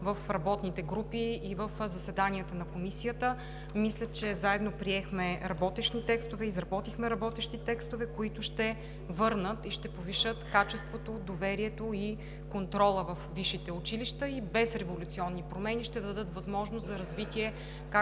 в работните групи и в заседанията на Комисията. Мисля, че заедно приехме работещи текстове, изработихме работещи текстове, които ще върнат и ще повишат качеството, доверието и контрола във висшите училища и без революционни промени ще дадат възможност за развитие